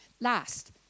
last